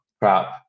crap